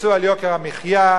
יצאו על יוקר המחיה,